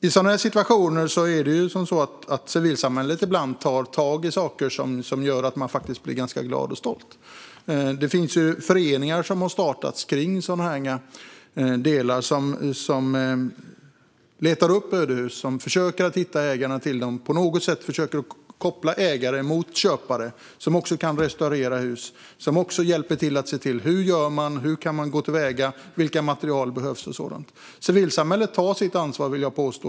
I sådana här situationer tar civilsamhället ibland tag i saker, vilket gör att man faktiskt blir ganska glad och stolt. Det har startats föreningar som letar upp ödehus, försöker hitta ägarna och koppla ägare till köpare som kan restaurera husen. De kan också hjälpa till med information om hur man ska gå till väga, vilka material som behövs med mera. Civilsamhället tar sitt ansvar, vill jag påstå.